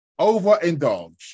Overindulge